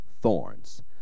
thorns